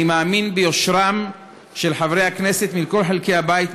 אני מאמין ביושרם של חברי הכנסת מכל חלקי הבית,